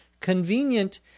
Convenient